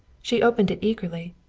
she opened it eagerly.